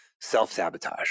self-sabotage